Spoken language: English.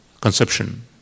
conception